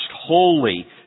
holy